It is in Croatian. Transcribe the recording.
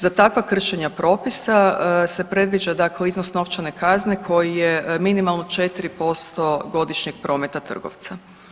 Za takva kršenja propisa se predviđa dakle iznos novčane kazne koji je minimalno 4% godišnjeg prometa trgovca.